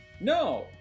No